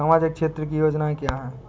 सामाजिक क्षेत्र की योजनाएँ क्या हैं?